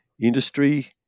industry